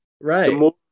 right